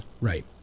Right